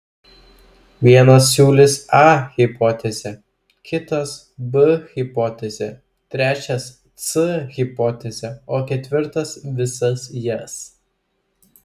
vienas siūlys a hipotezę kitas b hipotezę trečias c hipotezę o ketvirtas visas jas